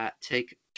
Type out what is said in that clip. take